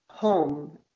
home